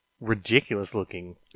ridiculous-looking